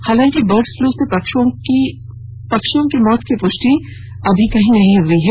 हालांकि bird flu से पक्षियों की मौत की पुष्टि कहीं भी नहीं हुई है